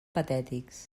patètics